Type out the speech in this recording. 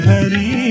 Hari